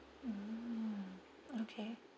mm okay